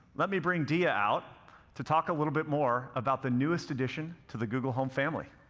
let me bring diya out to talk a little bit more about the newest addition to the google home family.